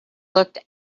looked